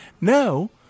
no